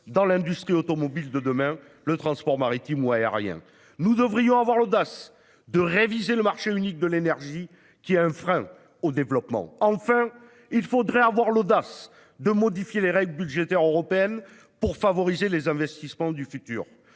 dans l'industrie automobile de demain, le transport maritime ou aérien. Nous devrions avoir l'audace de réviser le marché unique de l'énergie, qui est un frein au développement. Enfin, nous devrions avoir l'audace de modifier les règles budgétaires européennes afin de favoriser les investissements du futur.